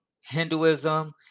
Hinduism